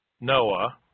Noah